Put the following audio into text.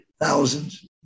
thousands